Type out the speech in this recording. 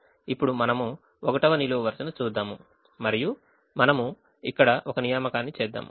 ఇప్పుడు మనము 1వ నిలువు వరుసను చూద్దాము మరియు మనము ఇక్కడ ఒక నియామకాన్ని చేద్దాము